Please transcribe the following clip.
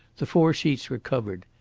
the four sheets were covered.